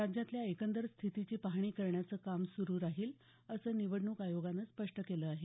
राज्यातल्या एकंदर स्थितीची पाहणी करण्याचं काम सुरू राहील असं निवडणूक आयोगानं स्पष्ट केलं आहे